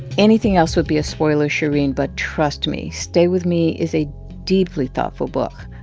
anything else would be a spoiler, shereen. but trust me stay with me is a deeply thoughtful book.